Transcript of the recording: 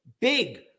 big